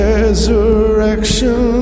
Resurrection